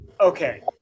Okay